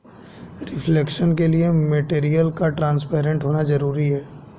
reflection के लिए material का ट्रांसपेरेंट होना जरूरी है